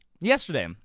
yesterday